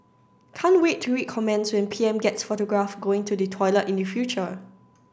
can't wait to read comments when P M gets photographed going to the toilet in the future